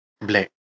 black